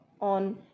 on